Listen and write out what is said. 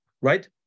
right